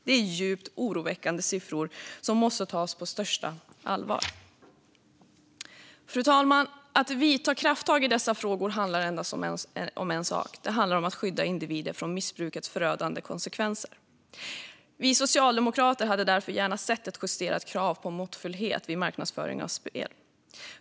Det är djupt oroväckande siffror som måste tas på största allvar. Fru talman! Att vidta kraftiga åtgärder i dessa frågor handlar endast om en sak, nämligen att skydda individer från missbrukets förödande konsekvenser. Vi socialdemokrater hade därför gärna sett ett justerat krav på måttfullhet vid marknadsföring av spel.